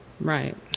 Right